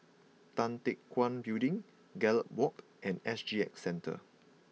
Tan Teck Guan Building Gallop Walk and S G X Centre